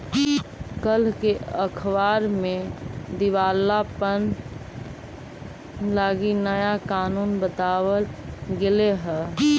कल के अखबार में दिवालापन लागी नया कानून बताबल गेलई हे